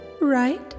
Right